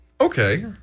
Okay